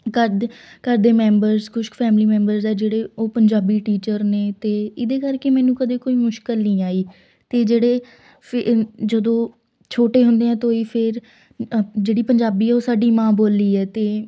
ਘਰ ਦੇ ਘਰ ਦੇ ਮੈਂਬਰਸ ਕੁਛ ਕੁ ਫੈਮਿਲੀ ਮੈਂਬਰ ਹੈ ਜਿਹੜੇ ਉਹ ਪੰਜਾਬੀ ਟੀਚਰ ਨੇ ਅਤੇ ਇਹਦੇ ਕਰਕੇ ਮੈਨੂੰ ਕਦੇ ਕੋਈ ਮੁਸ਼ਕਲ ਨਹੀਂ ਆਈ ਅਤੇ ਜਿਹੜੇ ਫੇ ਇਨ ਜਦੋਂ ਛੋਟੇ ਹੁੰਦਿਆਂ ਤੋਂ ਹੀ ਫੇਰ ਜਿਹੜੀ ਪੰਜਾਬੀ ਹੈ ਉਹ ਸਾਡੀ ਮਾਂ ਬੋਲੀ ਹੈ ਅਤੇ